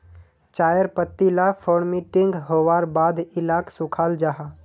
चायर पत्ती ला फोर्मटिंग होवार बाद इलाक सुखाल जाहा